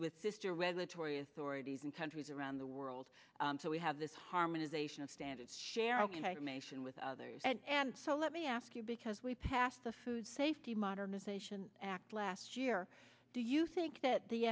with sister regulatory authorities and countries around the world so we have this harmonization of standards share ok nation with others and so let me ask you because we passed the food safety modernization act last year do you think that the